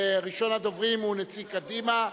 ראשון הדוברים הוא נציג קדימה.